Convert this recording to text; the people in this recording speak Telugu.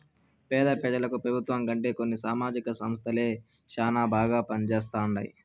పేద పెజలకు పెబుత్వం కంటే కొన్ని సామాజిక సంస్థలే శానా బాగా పంజేస్తండాయి